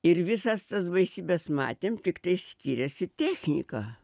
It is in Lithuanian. ir visas tas baisybes matėm tiktai skyrėsi technika